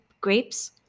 grapes